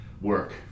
work